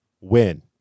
win